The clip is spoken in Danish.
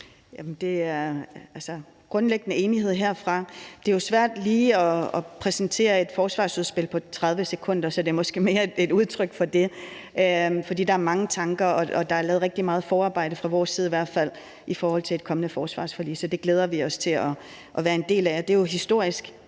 Der er grundlæggende enighed herfra. Det er jo svært lige at præsentere et forsvarsudspil på 30 sekunder, så det er måske mere et udtryk for det. For der er mange tanker, og der er lavet rigtig meget forarbejde fra i hvert fald vores side i forhold til et kommende forsvarsforlig. Så det glæder vi os til at være en del af,